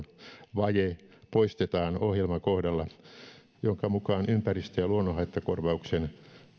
vaje poistetaan ohjelmakohdalla jonka mukaan ympäristö ja luonnonhaittakorvauksen